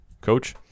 Coach